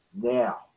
Now